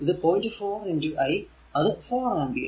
4 I അത് 4 ampere